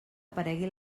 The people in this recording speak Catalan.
aparegui